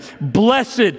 blessed